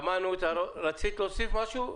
רצית להוסיף משהו?